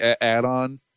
add-on